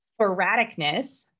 sporadicness